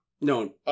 No